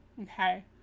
okay